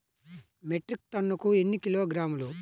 Metric టన్నుకు ఎన్ని కిలోగ్రాములు?